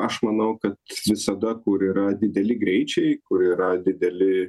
aš manau ka visada kur yra dideli greičiai kur yra dideli